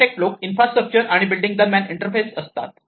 architect लोक infrastructure आणि building दरम्यान इंटरर्फेस असतात